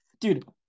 Dude